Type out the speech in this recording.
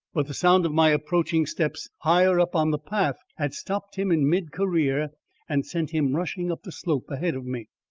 but the sound of my approaching steps higher up on the path had stopped him in mid-career and sent him rushing up the slope ahead of me.